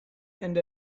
and